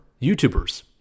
YouTubers